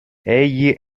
egli